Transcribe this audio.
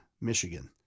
Michigan